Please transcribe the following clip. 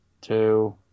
two